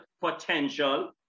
potential